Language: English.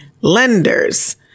lenders